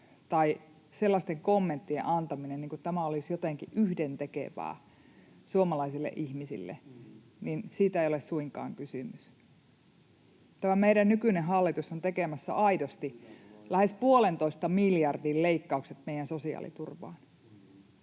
tai sellaisten kommenttien antaminen, niin kuin tämä olisi jotenkin yhdentekevää suomalaisille ihmisille, on väärin, eikä siitä ole suinkaan kysymys. Tämä meidän nykyinen hallitus on tekemässä aidosti lähes puolentoista miljardin leikkaukset meidän sosiaaliturvaan.